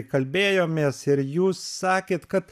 kalbėjomės ir jūs sakėt kad